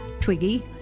Twiggy